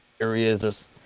areas